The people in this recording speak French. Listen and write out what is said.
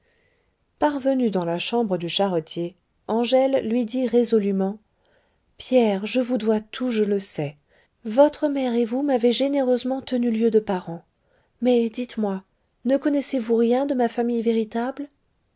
parvenus dans la chambre du charretier angèle lui dit résolument pierre je vous dois tout je le sais votre mère et vous m'avez généreusement tenu lieu de parents mais dites-moi ne connaissez-vous rien de ma famille véritable